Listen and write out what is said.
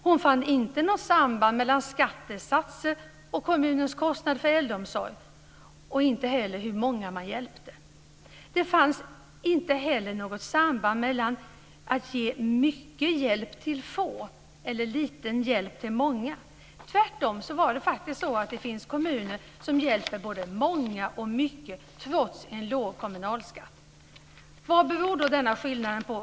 Hon fann inte något samband mellan skattesatser och kommunens kostnad för äldreomsorg och hur många man hjälpte. Det fanns inte heller något samband mellan att ge mycket hjälp till få eller lite hjälp till många. Tvärtom finns det kommuner som hjälper både många och mycket, trots en låg kommunalskatt. Vad beror då denna skillnad på?